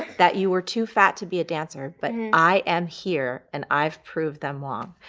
that you were too fat to be a dancer. but i am here and i've proved them wrong.